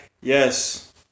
Yes